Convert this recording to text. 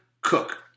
Cook